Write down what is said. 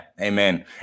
Amen